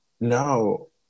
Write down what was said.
No